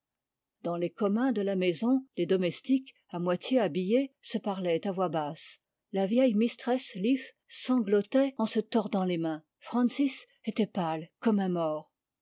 dans les communs de la maison les domestiques à moitié habillés se parlaient à voix basse la vieille mistress leaf sanglotait en se tordant les mains francis était pâle comme un mort